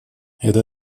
это